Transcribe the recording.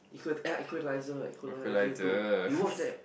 equator ah Equalizer Equalizer Two you watched that